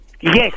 Yes